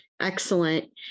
Excellent